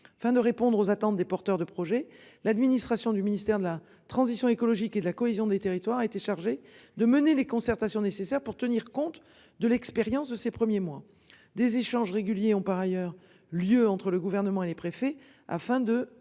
enfin de répondre aux attentes des porteurs de projets. L'administration du ministère de la transition écologique et de la cohésion des territoires, a été chargé de mener les concertations nécessaires pour tenir compte de l'expérience de ces premiers mois des échanges réguliers ont par ailleurs lieu entre le gouvernement et les préfets afin de